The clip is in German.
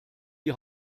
die